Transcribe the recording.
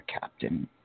captain